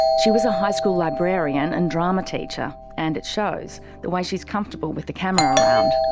she was a high school librarian and drama teacher, and it shows the way she's comfortable with the camera around.